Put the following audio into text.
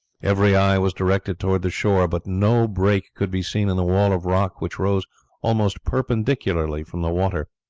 every eye was directed towards the shore, but no break could be seen in the wall of rock which rose almost perpendicularly from the water.